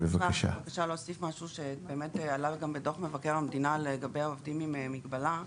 אפשר להוסיף משהו שעלה גם בדוח מבקר המדינה לגבי עובדים עם מגבלה.